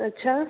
अच्छा